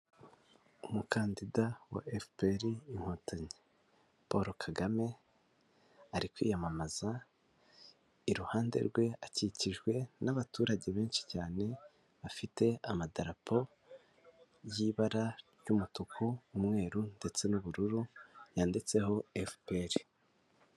Umukandida wa FPR inkotanyi. Paul Kagame ari kwiyamamaza, iruhande rwe akikijwe n'abaturage benshi cyane bafite amadarapo y'ibara ry'umutuku, umweru ndetse n'ubururu, yanditseho FPR.